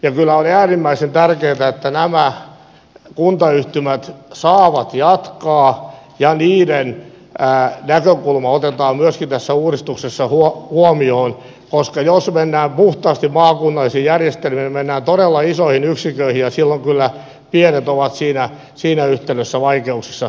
on kyllä äärimmäisen tärkeätä että nämä kuntayhtymät saavat jatkaa ja niiden näkökulma otetaan myöskin tässä uudistuksessa huomioon koska jos mennään puhtaasti maakunnallisiin järjestelyihin niin mennään todella isoihin yksiköihin ja silloin kyllä pienet ovat siinä yhtälössä vaikeuksissa